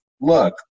look